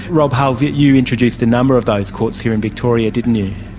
rob hulls, you you introduced a number of those courts here in victoria, didn't you?